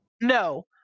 No